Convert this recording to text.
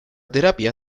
terapia